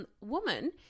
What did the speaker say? woman